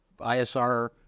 ISR